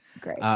great